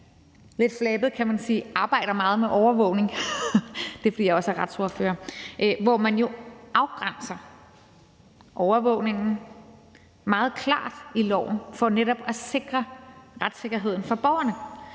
lidt flabet, kan man sige, arbejder meget med overvågning – det er, fordi jeg også er retsordfører – hvor man jo afgrænser overvågningen meget klart i loven for netop at sikre retssikkerheden for borgerne.